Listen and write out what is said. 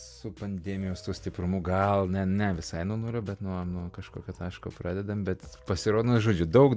su pandemijos tuo stiprumu gal ne ne visai nuo nulio bet nuo nuo kažkokio taško pradedam bet pasirodo nu žodžiu daug